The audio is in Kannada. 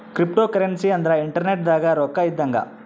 ಕ್ರಿಪ್ಟೋಕರೆನ್ಸಿ ಅಂದ್ರ ಇಂಟರ್ನೆಟ್ ದಾಗ ರೊಕ್ಕ ಇದ್ದಂಗ